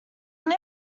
only